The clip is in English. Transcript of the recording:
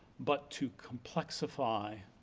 but to complexify,